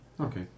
Okay